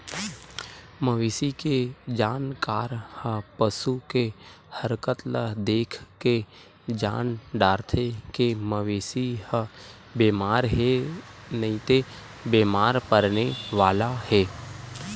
मवेशी के जानकार ह पसू के हरकत ल देखके जान डारथे के मवेशी ह बेमार हे नइते बेमार परने वाला हे